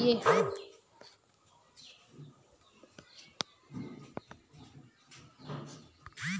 हम कोन चीज के लिए ऑनलाइन कर सके हिये?